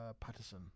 Patterson